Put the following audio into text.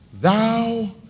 Thou